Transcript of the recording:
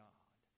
God